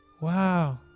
Wow